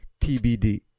TBD